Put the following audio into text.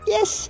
Yes